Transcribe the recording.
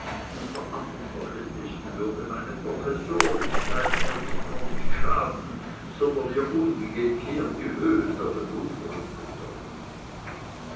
unter andern verhältnissen würde meine professorlichkeit mir nicht nur nicht schaden sondern ihr umgekehrt die höhe der bewunderung bedeuten